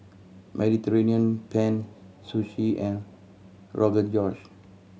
Mediterranean Penne Sushi and Rogan Josh